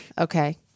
Okay